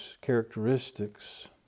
characteristics